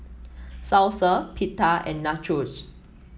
Salsa Pita and Nachos